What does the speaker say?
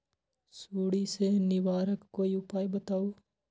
सुडी से निवारक कोई उपाय बताऊँ?